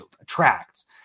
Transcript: attracts